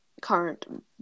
current